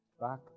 back